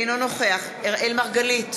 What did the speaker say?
אינו נוכח יעקב מרגי נוכח.